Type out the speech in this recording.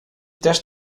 test